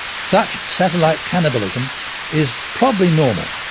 such satellite cannibalism is probably normal.